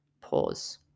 Pause